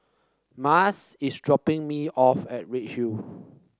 Martez is dropping me off at Redhill